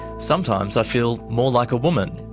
sometimes i feel more like a woman.